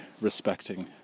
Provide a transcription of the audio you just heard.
respecting